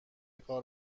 کار